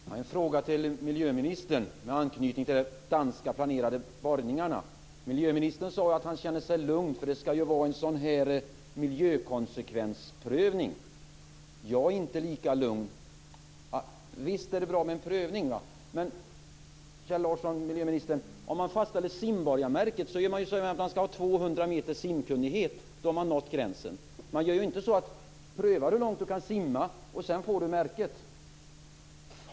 Fru talman! Jag har en fråga till miljöministern med anknytning till de danska planerade borrningarna. Miljöministern sade att han känner sig lugn för det skall ju ske en miljökonsekvensprövning. Jag är inte lika lugn. Visst är det bra med en prövning. Men, miljöministern, för att ta simborgarmärket skall man ju kunna simma 200 meter. Då har man nått gränsen. Man kan ju inte pröva hur långt man kan simma, och sedan får man märket.